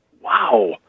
wow